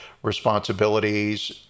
responsibilities